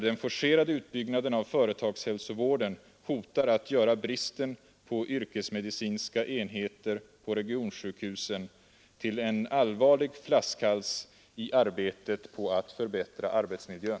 Den forcerade utbyggnaden av företagshälsovården hotar att göra bristen på yrkesmedicinska enheter på regionsjukhusen till en allvarlig flaskhals i arbetet på att förbättra arbetsmiljön.